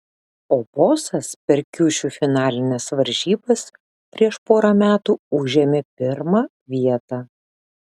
o bosas per kiušiu finalines varžybas prieš porą metų užėmė pirmą vietą